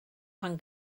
pan